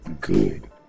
good